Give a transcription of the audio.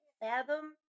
fathom